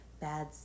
bad